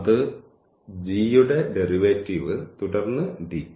അത് g യുടെ derivative തുടർന്ന് dt